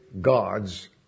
God's